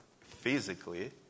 physically